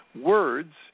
words